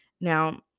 now